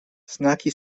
znaki